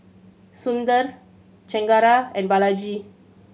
Sundar Chengara and Balaji